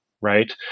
right